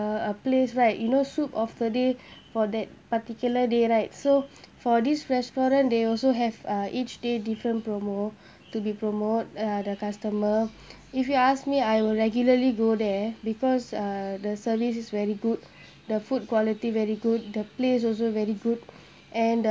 uh a place right you know soup of the day for that particular day right so for this restaurant they also have uh each day different promo to be promote uh the customer if you ask me I would regularly go there because uh the service is very good the food quality very good the place also very good and the